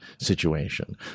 situation